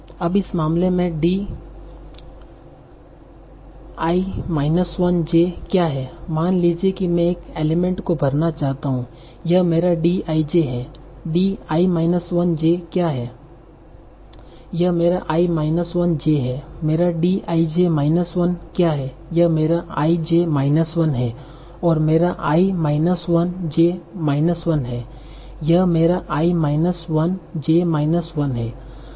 अब इस मामले में D i माइनस 1 j क्या है मान लीजिए मैं इस एलीमेंट को भरना चाहता हूं यह मेरा D i j है D i माइनस 1 j क्या है यह मेरा i माइनस 1 j है मेरा D i j माइनस 1 क्या है यह मेरा i j माइनस 1 है और मेरा i माइनस 1 j माइनस 1 है यह मेरा i माइनस 1 j माइनस 1 है